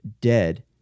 dead